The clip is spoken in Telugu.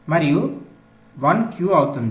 మరియు 1 Q అవుతుంది